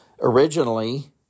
Originally